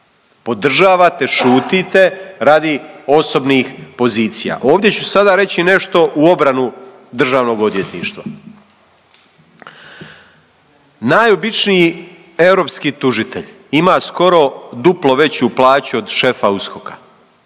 Podržavate, šutite radi osobnih pozicija. Ovdje ću sada reći nešto u obranu Državnog odvjetništva. Najobičniji europski tužitelj ima skoro duplo veću plaću od šefa USKOK-a